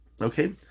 okay